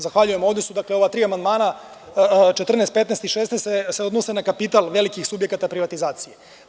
Zahvaljujem, dakle ovde su ova tri amandmana 14, 15. i 16. koji se odnose na kapital velikih subjekata privatizacije.